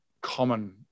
common